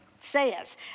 says